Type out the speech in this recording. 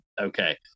okay